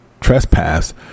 trespass